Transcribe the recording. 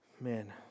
man